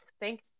thank